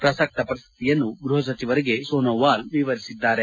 ಪ್ರಸಕ್ತ ಪರಿಸ್ಟಿತಿಯನ್ನು ಗೃಹ ಸಚಿವರಿಗೆ ಸೋನೋವಾಲ್ ವಿವರಿಸಿದ್ದಾರೆ